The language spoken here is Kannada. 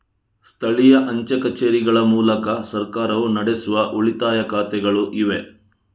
ಸ್ಥಳೀಯ ಅಂಚೆ ಕಚೇರಿಗಳ ಮೂಲಕ ಸರ್ಕಾರವು ನಡೆಸುವ ಉಳಿತಾಯ ಖಾತೆಗಳು ಇವೆ